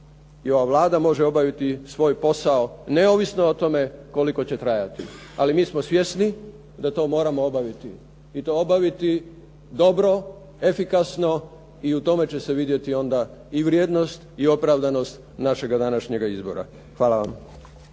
i ova Vlada može obaviti svoj posao, neovisno o tome koliko će trajati. Ali mi smo svjesni da to moramo obaviti i to obaviti dobro, efikasno i u tome će se vidjeti onda i vrijednost i opravdanost našega današnjega izbora. Hvala vam.